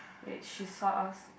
age she saw us